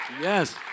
Yes